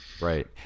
Right